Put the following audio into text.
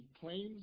claims